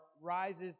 rises